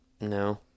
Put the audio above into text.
No